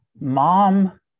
mom